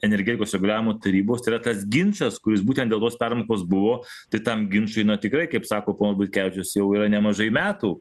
energetikos reguliavimo tarybos yra tas ginčas kuris būtent dėl tos permokos buvo tai tam ginčui tikrai kaip sako ponas butkevičius jau yra nemažai metų